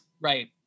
right